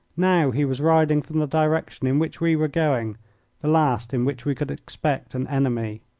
now he was riding from the direction in which we were going the last in which we could expect an enemy.